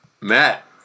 Matt